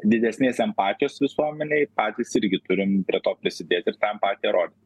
didesnės empatijos visuomenei patys irgi turim prie to prisidėti ir tą empatiją rodyt